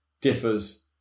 differs